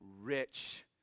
rich